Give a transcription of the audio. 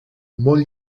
molt